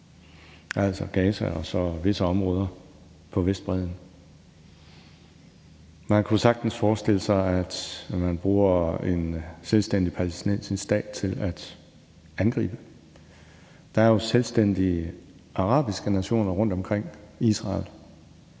altså Gaza og så visse områder på Vestbredden? Man kunne sagtens forestille sig, at man bruger en selvstændig palæstinensisk stat til at angribe. Der er jo selvstændige arabiske nationer rundt omkring Israel,